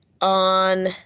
on